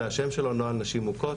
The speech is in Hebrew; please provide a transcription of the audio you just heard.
זה השם שלו נוהל נשים מוכות